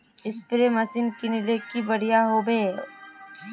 Spray machine किनले की बढ़िया होबवे?